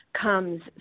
comes